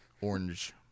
orange